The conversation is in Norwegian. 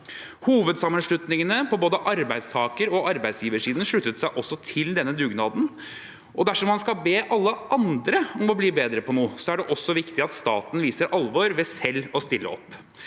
Hovedsammenslutningene på både arbeidstaker- og arbeidsgiversiden sluttet seg også til denne dugnaden. Dersom man skal be alle andre om å bli bedre på noe, er det viktig at staten viser alvor ved selv å stille opp.